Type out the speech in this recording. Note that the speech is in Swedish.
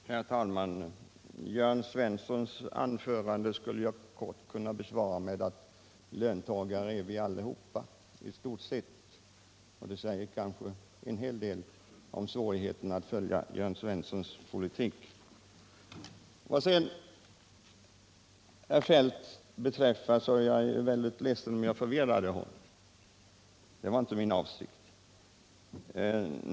Herr talman! Jörn Svenssons anförande skulle jag kort kunna besvara med att löntagare är vi allihop, i stort sett. Det säger kanske en hel del om svårigheten att följa Jörn Svenssons politik. Vad sedan herr Feldt beträffar är jag väldigt ledsen om jag förvirrade honom; det var inte min avsikt.